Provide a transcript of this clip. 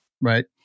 right